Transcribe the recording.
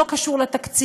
לא קשור לתקציב,